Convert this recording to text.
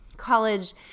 college